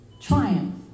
triumph